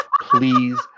please